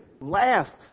last